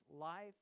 life